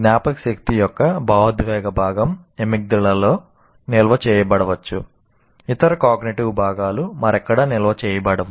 జ్ఞాపకశక్తి యొక్క భావోద్వేగ భాగం అమిగ్డాలాలో భాగాలు మరెక్కడా నిల్వ చేయబడవు